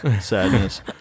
sadness